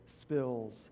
spills